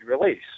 release